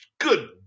Good